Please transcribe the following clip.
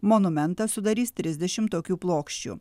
monumentą sudarys trisdešim tokių plokščių